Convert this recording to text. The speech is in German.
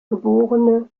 geb